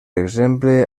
exemple